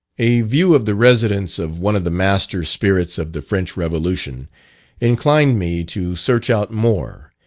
a view of the residence of one of the master spirits of the french revolution inclined me to search out more,